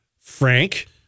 Frank